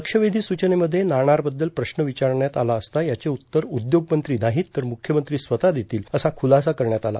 लक्षवेधी सूचनेमध्ये नाणारबद्दल प्रश्न विचारण्यात आला असता याचे उत्तर उद्योगमंत्री नाहीत तर मुख्यमंत्री स्वतः देतील असा खुलासा करण्यात आला